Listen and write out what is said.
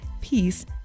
peace